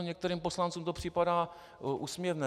Některým poslancům to připadá úsměvné.